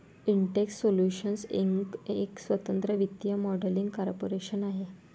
Intex Solutions Inc एक स्वतंत्र वित्तीय मॉडेलिंग कॉर्पोरेशन आहे